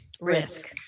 risk